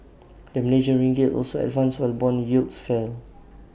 the Malaysian ringgit also advanced while Bond yields fell